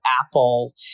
Apple